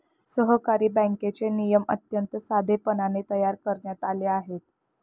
सहकारी बँकेचे नियम अत्यंत साधेपणाने तयार करण्यात आले आहेत